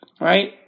Right